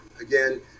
Again